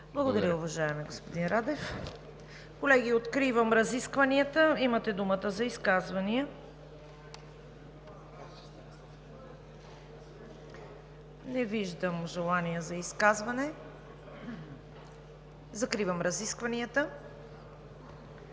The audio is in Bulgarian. Благодаря, уважаеми господин Радев. Колеги, откривам разискванията. Имате думата за изказвания. Не виждам желаещи. Закривам разискванията.